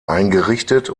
eingerichtet